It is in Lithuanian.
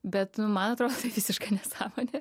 bet nu man atrodo tai visiška nesąmonė